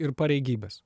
ir pareigybes